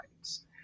rights